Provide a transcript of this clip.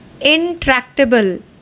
intractable